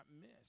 miss